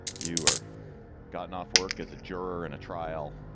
you are gotten off work as a juror in a trial.